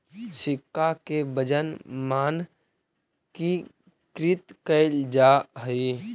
सिक्का के वजन मानकीकृत कैल जा हई